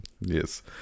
yes